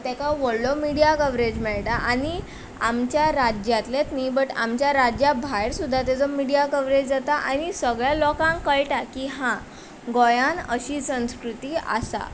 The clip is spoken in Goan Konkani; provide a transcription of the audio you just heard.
एका व्हडलो मिडिया कवरेज मेयटा आनी आमच्या राज्यांतलेंच न्ही बट आमच्या राज्या भायर सुद्दां तेजो मिडिया कवरेज जाता आनी सगल्या लोकांक कळटा की हा गोंयान अशी संस्कृती आसा